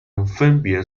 分别